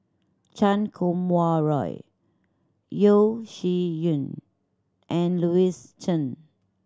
Chan Kum Wah Roy Yeo Shih Yun and Louis Chen